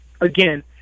again